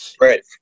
Right